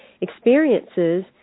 experiences